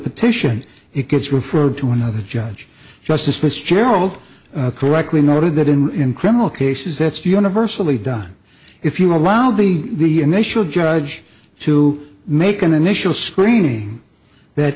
petition it gets referred to another judge justice which gerald correctly noted that in criminal cases that's universally done if you allow the initial judge to make an initial screening that